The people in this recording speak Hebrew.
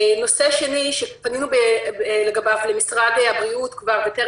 נושא שני שפנינו לגביו למשרד הבריאות וטרם